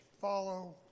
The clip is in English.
follow